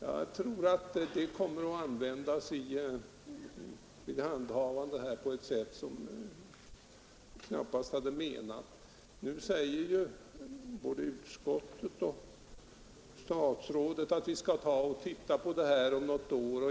Jag tror att det kommer att utnyttjas på ett sätt som knappast är avsett. Nu säger både utskottet och statsrådet att vi skall avvakta erfarenheterna något år.